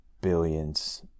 billions